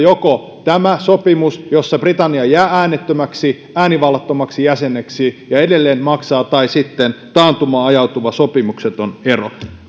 on joko tämä sopimus jossa britannia jää äänivallattomaksi jäseneksi ja edelleen maksaa tai sitten taantumaan ajava sopimukseton ero